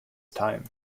time